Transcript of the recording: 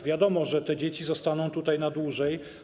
Wiadomo, że te dzieci zostaną tu na dłużej.